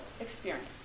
experience